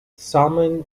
salmon